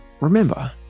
remember